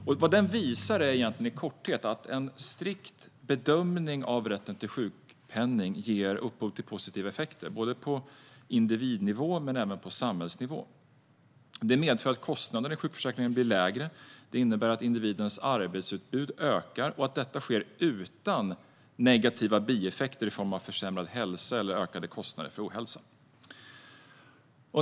I korthet visar den att en strikt bedömning av rätten till sjukpenning ger upphov till positiva effekter på såväl individ som samhällsnivå. Kostnaderna i sjukförsäkringen blir lägre, och individens arbetsutbud ökar - och detta utan att negativa bieffekter uppstår i form av försämrad hälsa eller ökade kostnader för ohälsa.